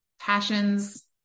passions